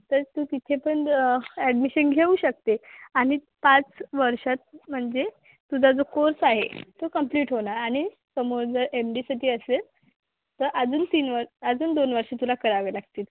तर तू तिथे पण ऍडमिशन घेऊ शकते आणि पाच वर्षात म्हणजे तुझा जो कोर्स आहे तो कम्प्लीट होणार आणि समोर जर एम डीसाठी असेल तर अजून तीन व अजून दोन वर्ष तुला करावे लागतील